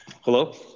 Hello